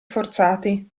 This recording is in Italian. forzati